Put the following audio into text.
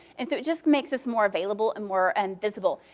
and so just makes us more available and more and visible.